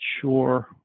sure